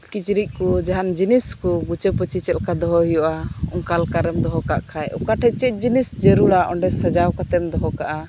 ᱠᱤᱪᱨᱤᱡᱠᱩ ᱡᱟᱦᱟᱱ ᱡᱤᱱᱤᱥᱠᱩ ᱜᱩᱪᱟᱹ ᱯᱟᱹᱪᱤ ᱪᱮᱫᱞᱮᱠᱟ ᱫᱚᱦᱚ ᱦᱩᱭᱩᱜᱼᱟ ᱚᱱᱠᱟᱞᱮᱠᱟᱨᱮᱢ ᱫᱚᱦᱚ ᱠᱟᱜ ᱠᱷᱟᱡ ᱚᱠᱟᱴᱷᱮᱡ ᱪᱮᱫᱡᱤᱱᱤᱥ ᱡᱟᱹᱨᱩᱲᱟ ᱚᱸᱰᱮ ᱥᱟᱡᱟᱣ ᱠᱟᱛᱮᱢ ᱫᱚᱦᱚᱠᱟᱜᱼᱟ